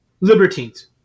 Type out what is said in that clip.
Libertines